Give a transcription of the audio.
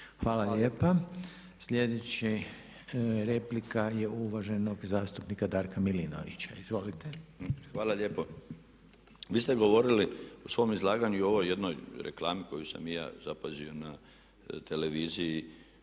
Hvala lijepa. Sljedeća replika je uvaženog zastupnika Darka Milinovića. Izvolite. **Milinović, Darko (HDZ)** Hvala lijepo. Vi ste govorili u svom izlaganju i o ovoj jednoj reklami koju sam i ja zapazio na televiziji,